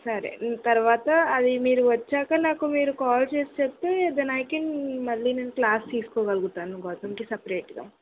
సరే తర్వాత అది మీరు వచ్చాక నాకు మీరు కాల్ చేసి చెప్తే దెన్ ఐకెన్ మళ్ళీ నేను క్లాస్ తీసుకోగలుగుతాను గౌతమ్కి సపరేట్గా